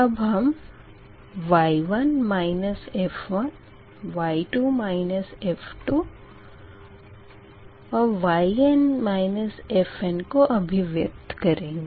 अब हम y1 f1 y2 f2 yn fnको अभिव्यक्त करेंगे